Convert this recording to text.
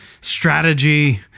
strategy